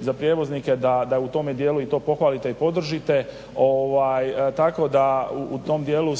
za prijevoznike da u tome dijelu to pohvalite i podržite. Tako da u tom dijelu